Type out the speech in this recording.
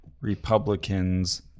Republicans